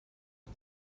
but